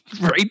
right